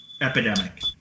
epidemic